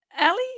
Ali